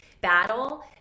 battle